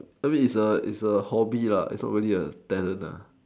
I mean is a hobby lah is really a talent